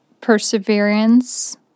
perseverance